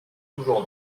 toujours